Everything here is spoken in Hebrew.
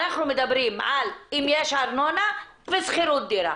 אנחנו מדברים אם יש ארנונה ושכירות דירה,